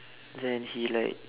then he like